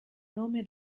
nome